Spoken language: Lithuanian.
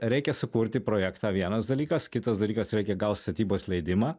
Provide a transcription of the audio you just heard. reikia sukurti projektą vienas dalykas kitas dalykas reikia gaut statybos leidimą